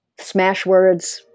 Smashwords